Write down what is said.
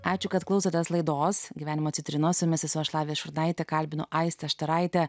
ačiū kad klausotės laidos gyvenimo citrinos su jumis esu aš lavija šurnaitė kalbinu aistę štaraitę